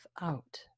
out